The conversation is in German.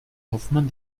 hoffmann